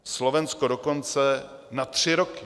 Slovensko dokonce na tři roky.